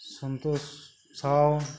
Santosh Sau